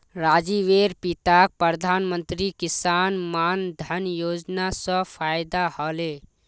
राजीवेर पिताक प्रधानमंत्री किसान मान धन योजना स फायदा ह ले